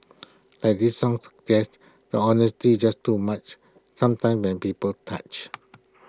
like this song suggests the honesty's just too much sometimes when people touch